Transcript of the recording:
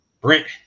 Brent